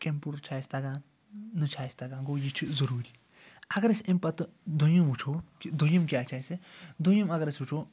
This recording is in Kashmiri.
کمپیوٗٹر چھُ اَسہِ تَگان نہ چھِ اَسہِ تَگان گوٚو یہِ چھُ اَسہِ ضٔروٗری اگر أسۍ اَمہِ پَتہٕ دٔیِم وٕچھو کہِ دٔیِم کیٛاہ چھِ اَسہِ دٔیِم اگر أسۍ وٕچھو